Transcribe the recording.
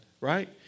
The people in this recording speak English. right